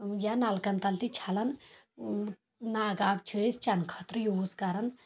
یا نلکن تل تہِ چھلان ناگہٕ آب چھِ أسۍ چٮ۪نہٕ خٲطرٕ یوٗز کران